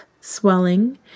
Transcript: swelling